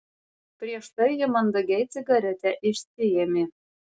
prieš tai ji mandagiai cigaretę išsiėmė